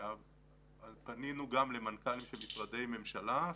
פנינו גם למנכ"לים של משרדי ממשלה.